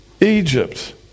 Egypt